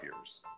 years